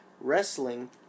Wrestling